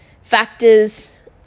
factors